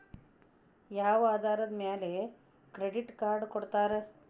ಯಾವ ಆಧಾರದ ಮ್ಯಾಲೆ ಕ್ರೆಡಿಟ್ ಕಾರ್ಡ್ ಕೊಡ್ತಾರ?